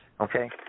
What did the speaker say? Okay